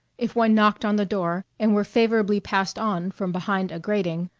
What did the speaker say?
if one knocked on the door and were favorably passed on from behind a grating,